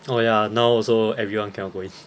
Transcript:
oh ya now also everyone cannot go in